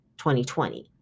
2020